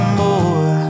more